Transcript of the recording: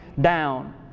down